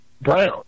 Brown